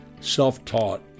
Self-taught